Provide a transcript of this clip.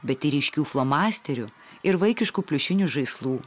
bet ir ryškių flomasterių ir vaikiškų pliušinių žaislų